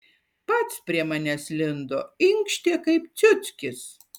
pats prie manęs lindo inkštė kaip ciuckis